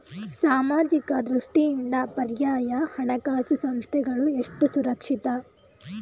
ಸಾಮಾಜಿಕ ದೃಷ್ಟಿಯಿಂದ ಪರ್ಯಾಯ ಹಣಕಾಸು ಸಂಸ್ಥೆಗಳು ಎಷ್ಟು ಸುರಕ್ಷಿತ?